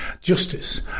justice